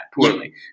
poorly